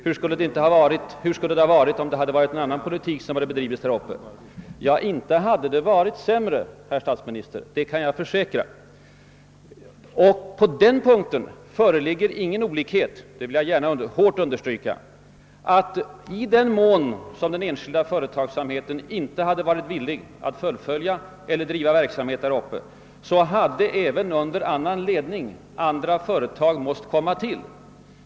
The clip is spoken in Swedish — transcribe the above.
Hur skulle det ha varit om någon annan politik hade bedrivits där uppe? Ja, inte hade det varit sämre, herr statsminister, det kan jag försäkra. På en punkt föreligger ingen olikhet — det vill jag starkt understryka — nämligen att i den mån enskild företagsamhet inte hade varit villig att fullfölja eller bedriva verksamhet där uppe hade även under annan politisk ledning andra företag måst komma till.